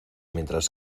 mientras